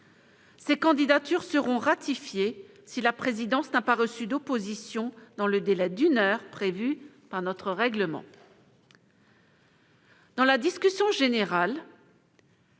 Ces candidatures seront ratifiées si la présidence n'a pas reçu d'opposition dans le délai d'une heure prévu par notre règlement. La parole est à M. le